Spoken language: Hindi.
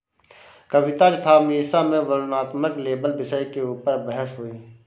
कविता तथा मीसा में वर्णनात्मक लेबल विषय के ऊपर बहस हुई